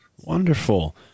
Wonderful